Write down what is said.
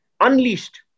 unleashed